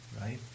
right